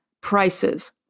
prices